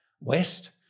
west